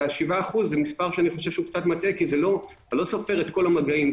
ו-7% זה מספר שהוא קצת מטעה כי אני לא סופר את כל המגעים.